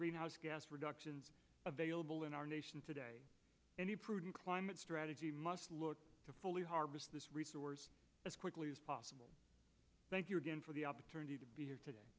greenhouse gas reductions available in our nation today any prudent climate strategy must look to fully harvest this resource as quickly as possible thank you again for the opportunity to be here today